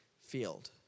field